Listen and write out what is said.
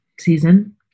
season